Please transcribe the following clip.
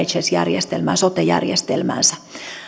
nhs järjestelmäänsä sote järjestelmäänsä